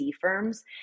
firms